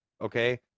okay